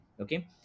Okay